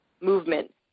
movement